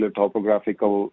topographical